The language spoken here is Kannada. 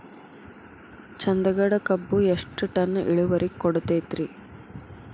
ಚಂದಗಡ ಕಬ್ಬು ಎಷ್ಟ ಟನ್ ಇಳುವರಿ ಕೊಡತೇತ್ರಿ?